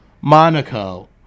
Monaco